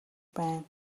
байна